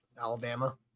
Alabama